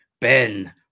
Ben